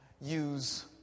use